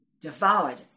devoured